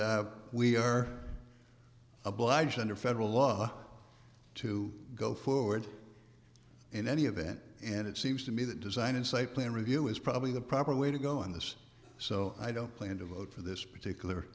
we are obliged under federal law to go forward in any event and it seems to me that design and site plan review is probably the proper way to go on this so i don't plan to vote for this particula